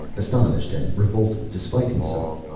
astonished and revolted despite himself.